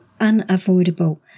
unavoidable